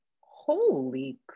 Holy